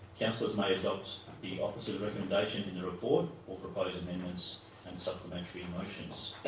councillors may adopt the officer's recommendation in the report, or propose amendments and supplementary motions.